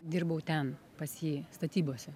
dirbau ten pas jį statybose